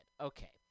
Okay